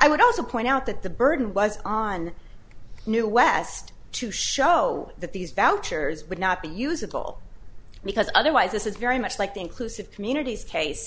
i would also point out that the burden was on new west to show that these vouchers would not be usable because otherwise this is very much like the inclusive communities case